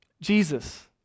Jesus